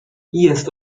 jest